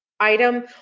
Item